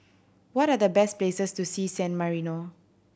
what are the best places to see San Marino